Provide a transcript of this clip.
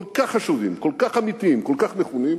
כל כך חשובים, כל כך אמיתיים, כל כך נכונים,